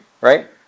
right